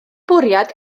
bwriad